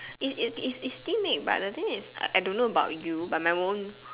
it it it's it's steam egg but the thing is I don't know about you but my own